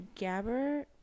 Gabber